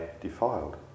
defiled